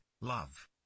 love